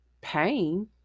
pain